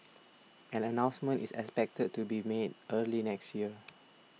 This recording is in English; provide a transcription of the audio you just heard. an announcement is expected to be made early next year